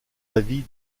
avis